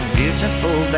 beautiful